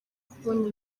kubona